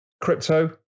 Crypto